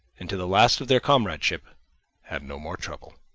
and to the last of their comradeship had no more trouble.